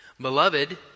Beloved